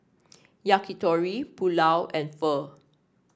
Yakitori Pulao and Pho